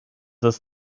this